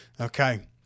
Okay